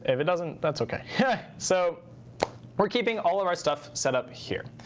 it doesn't, that's ok. so we're keeping all of our stuff set up here.